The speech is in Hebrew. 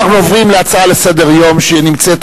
אנחנו עוברים להצעות לסדר-היום שנמצאות